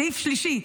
סעיף שלישי,